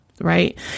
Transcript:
right